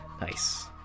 Nice